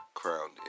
crowned